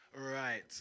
Right